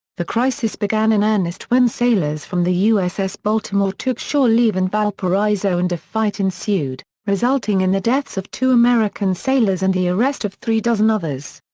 the crisis began in earnest when sailors from the uss baltimore took shore leave in valparaiso and a fight ensued, resulting in the deaths of two american sailors and the arrest of three dozen others.